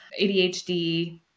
ADHD